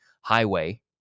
highway